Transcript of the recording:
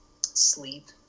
sleep